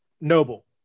Noble